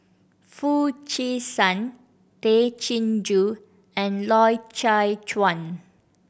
Foo Chee San Tay Chin Joo and Loy Chye Chuan